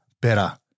better